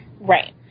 Right